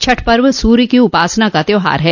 छठ पर्व सूर्य की उपासना का त्योहार है